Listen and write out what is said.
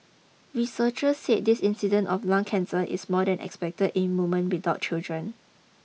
researcher said this incidence of lung cancer is more than expected in woman without children